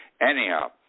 Anyhow